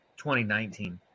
2019